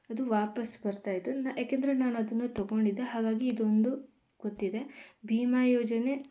ಅದು ವಾಪಸ್ಸು ಬರ್ತಾಯಿತ್ತು ನ ಏಕೆಂದರೆ ನಾನು ಅದನ್ನು ತಗೊಂಡಿದ್ದೆ ಹಾಗಾಗಿ ಇದೊಂದು ಗೊತ್ತಿದೆ ಭೀಮಾ ಯೋಜನೆ